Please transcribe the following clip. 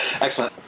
Excellent